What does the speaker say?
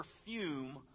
perfume